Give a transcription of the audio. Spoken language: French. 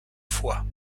foie